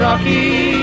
Rocky